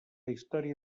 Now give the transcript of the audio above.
història